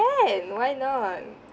can why not